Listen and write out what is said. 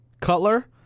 Cutler